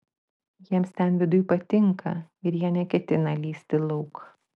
jiems ten viduj patinka ir jie neketina lįsti lauk